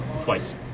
twice